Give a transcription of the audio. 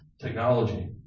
Technology